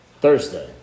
Thursday